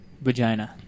vagina